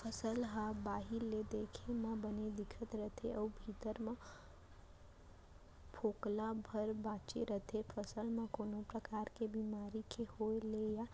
फसल ह बाहिर ले देखे म बने दिखत रथे अउ भीतरी म फोकला भर बांचे रथे फसल म कोनो परकार के बेमारी के होय ले या